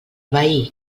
veí